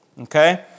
Okay